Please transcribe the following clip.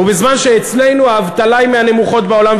ובזמן שאצלנו האבטלה היא מהנמוכות בעולם.